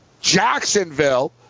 Jacksonville